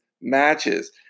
matches